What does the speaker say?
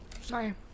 Sorry